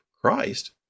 Christ